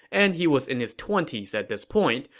and he was in his twenty s at this point,